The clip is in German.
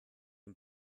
den